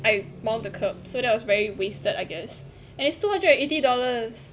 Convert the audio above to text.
I mount the curb so that was very wasted I guess and it's two hundred and eighty dollars